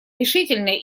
решительная